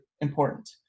important